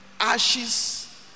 ashes